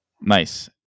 Nice